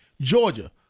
Georgia